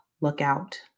lookout